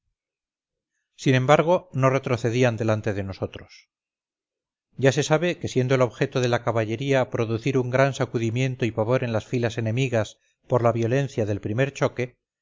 sin embargo no retrocedían delante de nosotros ya se sabe que siendo el objeto de la caballería producir un gran sacudimiento y pavor en las filas enemigas por la violencia del primer choque